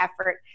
effort